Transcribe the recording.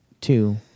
Two